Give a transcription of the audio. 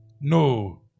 No